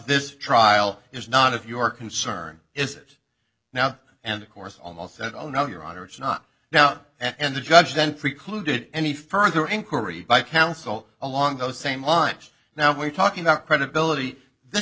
this trial is not of your concern is it now and of course almost said oh no your honor it's not now and the judge then precluded any further inquiry by counsel along those same lines now we're talking about credibility this